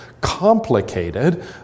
complicated